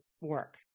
work